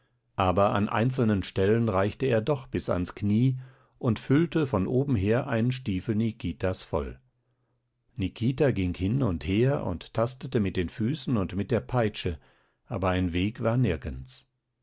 aber an einzelnen stellen reichte er doch bis ans knie und füllte von oben her einen stiefel nikitas voll nikita ging hin und her und tastete mit den füßen und mit der peitsche aber ein weg war nirgends